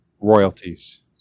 Royalties